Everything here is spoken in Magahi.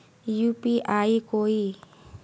यु.पी.आई कोई